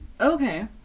okay